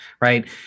Right